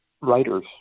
writers